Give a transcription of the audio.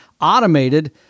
automated